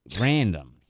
random